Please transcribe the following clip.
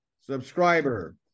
subscriber